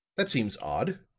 that seems odd.